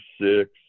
six